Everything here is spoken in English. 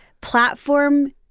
platform